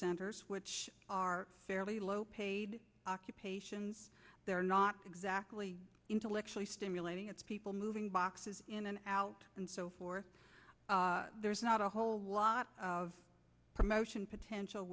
centers which are fairly low paid occupations they're not exactly intellectually stimulating it's people moving boxes in and out and so forth there's not a whole lot of promotion potential